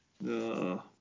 No